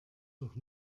doch